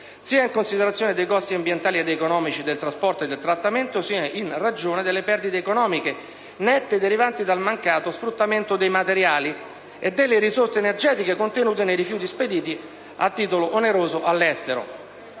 sia in considerazione dei costi ambientali ed economici del trasporto e del trattamento sia in ragione delle perdite economiche nette derivanti dal mancato sfruttamento dei materiali e delle risorse energetiche contenute nei rifiuti spediti, a titolo oneroso, all'estero.